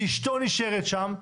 ואשתו נשארת שם,